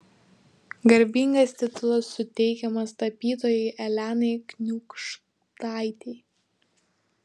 garbingas titulas suteikiamas tapytojai elenai kniūkštaitei